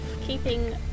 keeping